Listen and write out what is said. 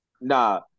Nah